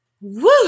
Woo